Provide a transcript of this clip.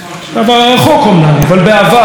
בעבר הרחוק אומנם אבל בעבר,